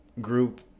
group